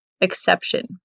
exception